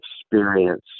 experience